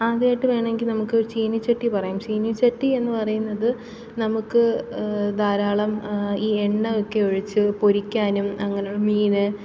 ആദ്യമായിട്ട് വേണമെങ്കില് നമുക്ക് ചീനിച്ചട്ടി പറയാം ചീനിച്ചട്ടിയെന്ന് പറയുന്നത് നമുക്ക് ധാരാളം ഈ എണ്ണയൊക്കെ ഒഴിച്ച് പൊരിക്കാനും അങ്ങനെയുള്ള മീന്